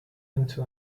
into